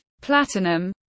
platinum